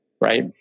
Right